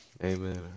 Amen